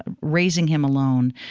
raising him alone